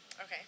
Okay